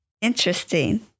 Interesting